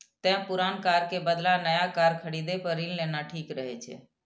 तें पुरान कार के बदला नया कार खरीदै पर ऋण लेना ठीक रहै छै